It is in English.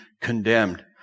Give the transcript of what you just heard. condemned